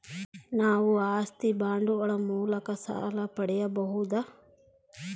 ನಾವು ಆಸ್ತಿ ಬಾಂಡುಗಳ ಮೂಲಕ ಸಾಲ ಪಡೆಯಬಹುದಾ?